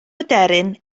aderyn